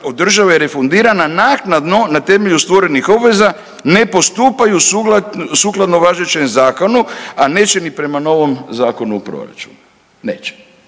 od države refundirana naknadno na temelju stvorenih obveza ne postupaju sukladno važećem zakonu, a neće ni prema novom Zakonu o proračunu, neće.